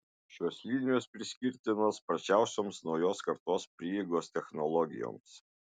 šios linijos priskirtinos sparčiosioms naujos kartos prieigos technologijoms